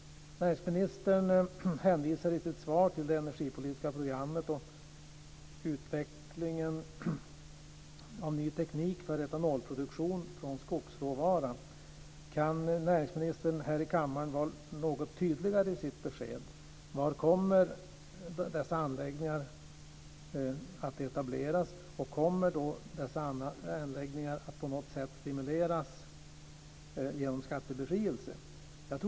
Näringsministern hänvisar i sitt svar till det energipolitiska programmet och utvecklingen av ny teknik för etanolproduktion från skogsråvara. Kan näringsministern här i kammaren vara något tydligare i sitt besked: Var kommer dessa anläggningar att etableras, och kommer dessa anläggningar att på något sätt stimuleras genom skattebefrielse?